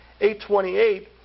8.28